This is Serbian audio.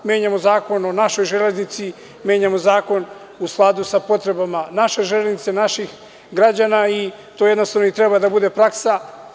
Menjamo zakon o našoj železnici, menjamo zakon u skladu sa potrebama naše železnice, naših građana i to jednostavno treba da bude praksa.